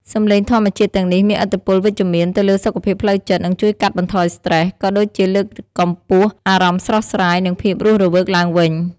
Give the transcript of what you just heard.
សំឡេងធម្មជាតិទាំងនេះមានឥទ្ធិពលវិជ្ជមានទៅលើសុខភាពផ្លូវចិត្ត និងជួយកាត់បន្ថយស្ត្រេស ក៏ដូចជាលើកកម្ពស់អារម្មណ៍ស្រស់ស្រាយ និងភាពរស់រវើកឡើងវិញ។